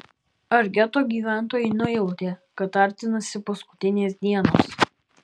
ar geto gyventojai nujautė kad artinasi paskutinės dienos